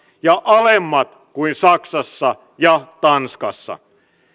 ja alemmat kuin saksassa ja tanskassa